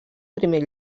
primer